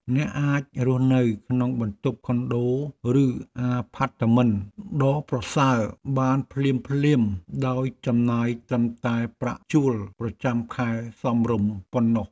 អ្នកអាចរស់នៅក្នុងបន្ទប់ខុនដូឬអាផាតមិនដ៏ប្រណីតបានភ្លាមៗដោយចំណាយត្រឹមតែប្រាក់ជួលប្រចាំខែសមរម្យប៉ុណ្ណោះ។